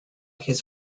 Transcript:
his